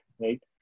right